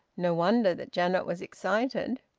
no wonder that janet was excited.